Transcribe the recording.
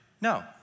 No